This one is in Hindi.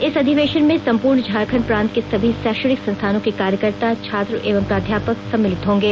इस अधिवेशन में सम्पूर्ण झारखण्ड प्रान्त के सभी शैक्षणिक संस्थानों के कार्यकर्ता छात्र एवं प्राध्यापक सम्मलित होंगे